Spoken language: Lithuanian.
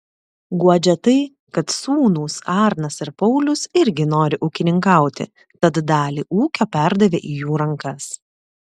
guodžia tai kad sūnūs arnas ir paulius irgi nori ūkininkauti tad dalį ūkio perdavė į jų rankas